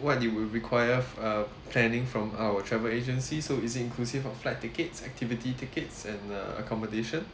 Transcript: what you will require uh planning from our travel agency so is it inclusive of flight tickets activity tickets and uh accommodation